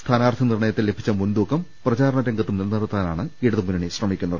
സ്ഥാനാർഥി നിർണ്യത്തിൽ ലഭിച്ച മുൻതൂക്കം പ്രചാരണ രംഗത്തും നിലനിർത്താനാണ് ഇടതുമുന്നണി ശ്രമിക്കുന്നത്